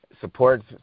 supports